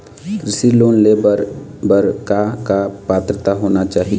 कृषि लोन ले बर बर का का पात्रता होना चाही?